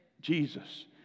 Jesus